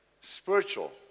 spiritual